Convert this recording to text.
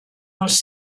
els